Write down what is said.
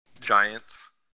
Giants